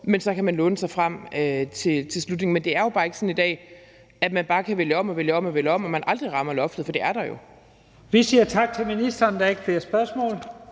men så kan man låne sig frem til slutningen. Men det er jo bare ikke sådan i dag, at man bare kan vælge om og vælge om og vælge om, og at man aldrig rammer loftet, for det er der jo. Kl. 18:08 Første næstformand (Leif Lahn